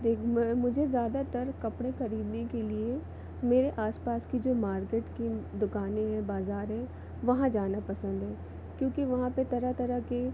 देख मुझे ज़्यादातर कपड़े खरीदने के लिए मेरे आस पास की जो मार्केट की दुकानें हैं बाज़ार हैं वहाँ जाना पसंद है क्योंकि वहाँ पे तरह तरह के